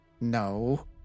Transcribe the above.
No